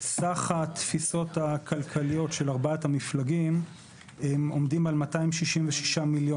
סך התפיסות הכלכליות של ארבעת המפלגים עומדות על 266 מיליון.